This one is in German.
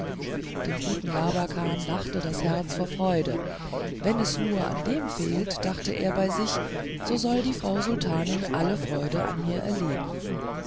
dem guten labakan lachte das herz vor freude wenn es nur an dem fehlt dachte er bei sich da soll die frau sultanin bald freude an mir er